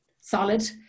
solid